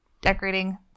decorating